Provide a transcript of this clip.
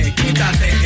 quítate